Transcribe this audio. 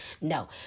no